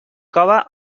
cove